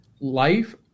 life